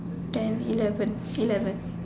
ten eleven eleven